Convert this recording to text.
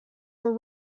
were